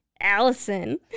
Allison